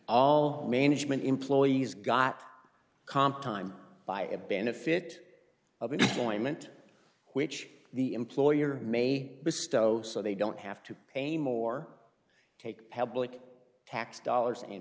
all management employees got comp time by a benefit of an ornament which the employer may bestow so they don't have to pay more take public tax dollars and